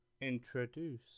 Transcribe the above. introduce